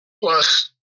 plus